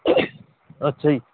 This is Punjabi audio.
ਅੱਛਾ ਜੀ